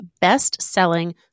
best-selling